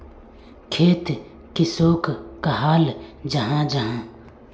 खेत किसोक कहाल जाहा जाहा?